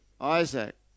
Isaac